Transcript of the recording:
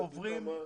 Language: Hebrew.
קודם כל,